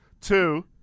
Two